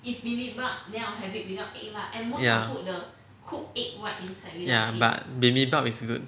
ya but bibimbap is good